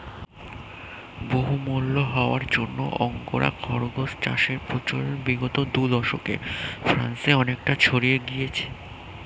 বহুমূল্য হওয়ার জন্য আঙ্গোরা খরগোশ চাষের প্রচলন বিগত দু দশকে ফ্রান্সে অনেকটা ছড়িয়ে গিয়েছে